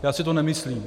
Já si to nemyslím.